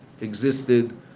existed